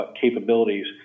capabilities